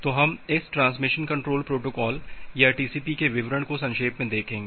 तो हम इस ट्रांसमिशन कंट्रोल प्रोटोकॉल या टीसीपी के विवरण को संक्षेप में देखेंगे